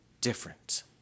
different